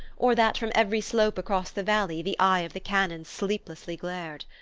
or that from every slope across the valley the eye of the cannon sleeplessly glared.